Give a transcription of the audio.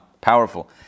Powerful